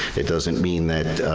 it doesn't mean that